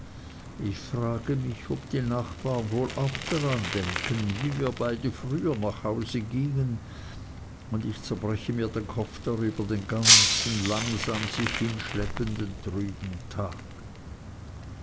ich frage mich ob die nachbarn wohl auch daran denken wie wir beide früher nach hause gingen und ich zerbreche mir den kopf darüber den ganzen langsam sich hinschleppenden trüben tag